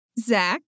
Zach